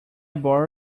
borrow